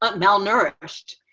but malnourished.